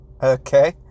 Okay